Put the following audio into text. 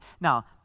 Now